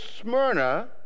Smyrna